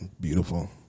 Beautiful